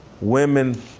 Women